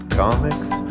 comics